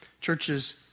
churches